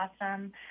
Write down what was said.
awesome